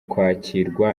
kwakirwa